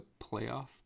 playoff